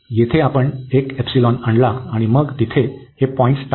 येथे आपण एक एपसिलॉन आणला आणि मग तिथे हे पॉईंट्स टाळले